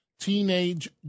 teenage